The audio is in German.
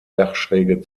dachschräge